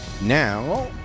now